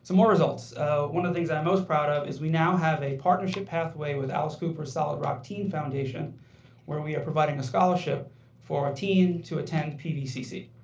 more results one of the things that i'm most proud of is we have now have a partnership pathway with alice cooper solid rock teen foundation where we are providing a scholarship for a teen to attend pvcc.